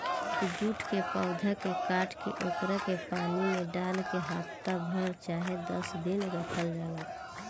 jute के पौधा के काट के ओकरा के पानी में डाल के हफ्ता भर चाहे दस दिन रखल जाला